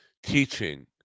teaching